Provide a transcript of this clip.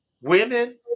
women